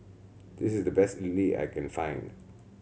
this is the best Idili I can find